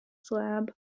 slab